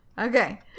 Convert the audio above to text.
Okay